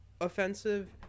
offensive